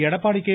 Edappadi K